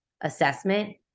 assessment